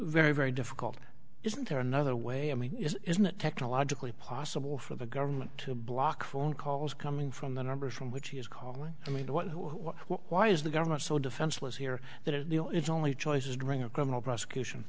very very difficult isn't there another way i mean isn't it technologically possible for the government to block phone calls coming from the numbers from which he is calling i mean why is the government so defenseless here that it is only choices during a criminal prosecution